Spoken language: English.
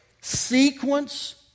sequence